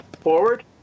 forward